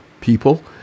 People